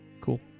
Cool